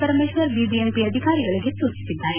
ಪರಮೇಶ್ವರ್ ಬಿಬಿಎಂಪಿ ಅಧಿಕಾರಿಗಳಿಗೆ ಸೂಚಿಸಿದ್ದಾರೆ